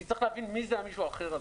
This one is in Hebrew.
אני צריך להבין מי זה המישהו האחר הזה.